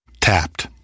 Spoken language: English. Tapped